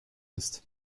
ist